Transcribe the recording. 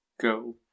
go